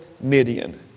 Midian